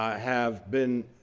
have been